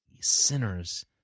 sinners